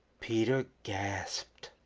peter gasped.